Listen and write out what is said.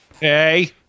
Hey